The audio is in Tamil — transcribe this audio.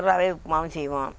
ரவை உப்புமாவும் செய்வோம்